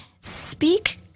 speak